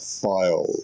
file